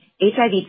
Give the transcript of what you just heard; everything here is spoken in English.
HIV